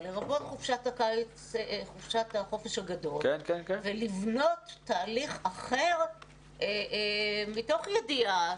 לרבות חופשת החופש הגדול ולבנות תהליך אחר מתוך ידיעה